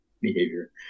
behavior